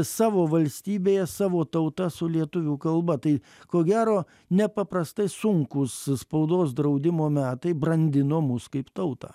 savo valstybėje savo tauta su lietuvių kalba tai ko gero nepaprastai sunkūs spaudos draudimo metai brandino mus kaip tautą